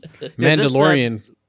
Mandalorian